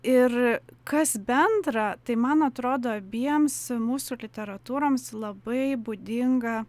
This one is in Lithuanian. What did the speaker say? ir kas bendra tai man atrodo abiems mūsų literatūroms labai būdinga